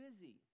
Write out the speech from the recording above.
busy